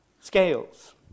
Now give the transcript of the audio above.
scales